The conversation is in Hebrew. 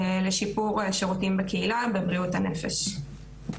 לשיפור השירותים בקהילה בבריאות הנפש.